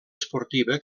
esportiva